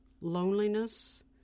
loneliness